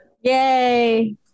Yay